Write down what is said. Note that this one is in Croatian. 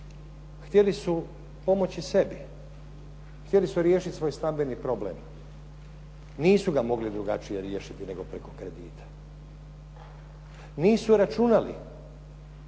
htjeli su pomoći sebi, htjeli su riješiti svoj stambeni problem. Nisu ga mogli drugačije riješiti nego preko kredita. Nisu računali